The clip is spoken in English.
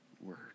word